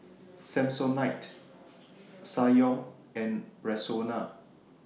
Samsonite Ssangyong and Rexona